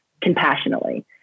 compassionately